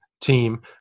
team